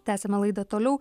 tęsiame laidą toliau